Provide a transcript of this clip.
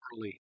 Early